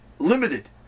limited